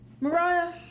Mariah